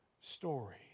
story